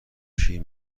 شیر